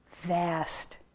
vast